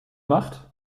macht